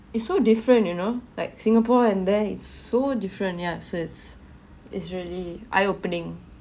it's so different you know like singapore and there it's so different ya it fits it's really eye opening